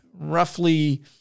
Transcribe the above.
roughly